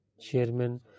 Chairman